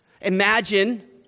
Imagine